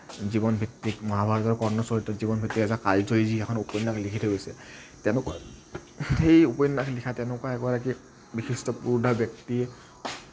জীৱনভিত্তিক মহাভাৰতৰ কৰ্ণ চৰিত্ৰত জীৱনভিত্তিক এজাক কালজয়ী যি উপন্যাস লিখি থৈ গৈছে তেনেকুৱা সেই উপন্যাস লিখা তেনেকুৱা এগৰাকী বিশিষ্ট পুৰুধা ব্যক্তিয়ে